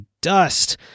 dust